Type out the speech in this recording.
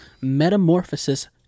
Metamorphosis